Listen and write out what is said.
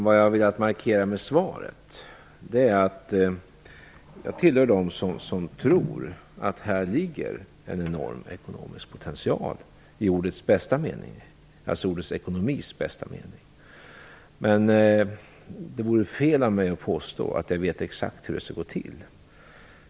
Vad jag har velat markera med svaret är att jag tillhör dem som tror att här ligger en enorm ekonomisk potential, i ordets bästa mening - dvs. ordet ekonomi. Men det vore fel av mig att påstå att jag vet exakt hur det skulle gå till.